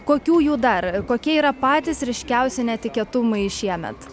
kokių jų dar kokie yra patys ryškiausi netikėtumai šiemet